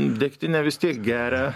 degtinę vis tiek geria